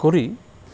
কৰি